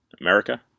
America